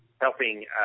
helping